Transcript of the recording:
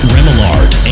Remillard